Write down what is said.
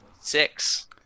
Six